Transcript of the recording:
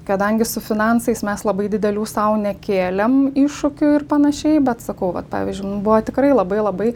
kadangi su finansais mes labai didelių sau nekėlėm iššūkių ir panašiai bet sakau vat pavyzdžiui mum buvo tikrai labai labai